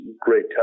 great